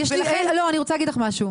מיכל, לא, אני רוצה להגיד לך משהו.